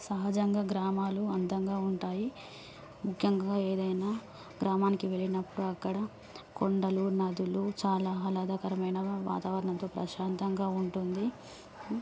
సహజంగా గ్రామాలు అందంగా ఉంటాయి ముఖ్యంగా ఏదైనా గ్రామానికి వెళ్ళినప్పుడు అక్కడ కొండలు నదులు చాలా ఆహ్లాదకరమైన వాతావరణంతో ప్రశాంతంగా ఉంటుంది